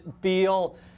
feel